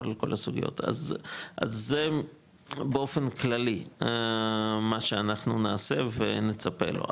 אז זה באופן כללי, מה שאנחנו נעשה ונצפה לו.